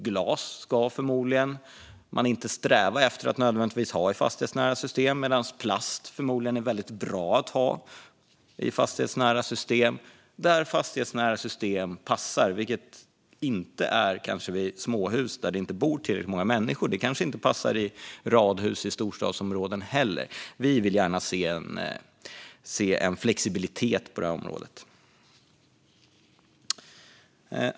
Glas ska man förmodligen inte sträva efter att nödvändigtvis ha i fastighetsnära system, medan plast förmodligen är väldigt bra att ha i fastighetsnära system där fastighetsnära system passar, vilket kanske inte är vid småhus där det inte bor tillräckligt många människor. De kanske inte passar vid radhus i storstadsområden heller. Vi vill gärna se en flexibilitet på området.